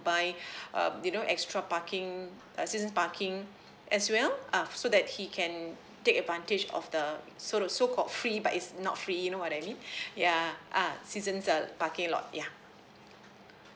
buy uh you know extra parking uh seasons parking as well ah so that he can take advantage of the so the so called free but it's not free you know what I mean yeah uh seasons uh parking lot yeah